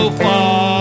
far